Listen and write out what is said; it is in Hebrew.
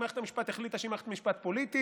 אם מערכת המשפט החליטה שהיא מערכת משפט פוליטית,